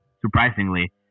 surprisingly